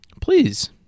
please